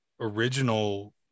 original